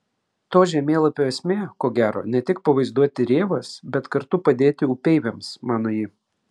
to žemėlapio esmė ko gero ne tik pavaizduoti rėvas bet kartu padėti upeiviams mano ji